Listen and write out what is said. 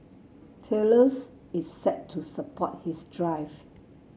Thales is set to support his drive